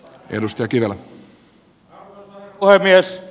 arvoisa herra puhemies